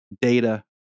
data